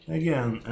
again